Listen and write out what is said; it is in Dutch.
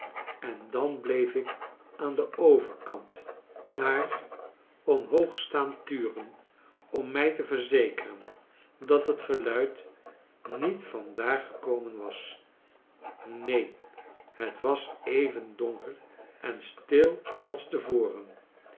en dan bleef ik aan den overkant naar omhoog staan turen om my te verzekeren dat het geluid niet van daar gekomen was neen het was even donker en stil als te voren